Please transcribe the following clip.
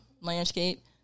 landscape